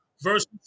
versus